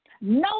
No